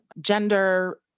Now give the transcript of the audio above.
gender